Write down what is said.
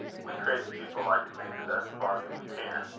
we tradespeople like to make the best bargain we can.